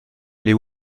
les